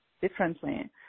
differently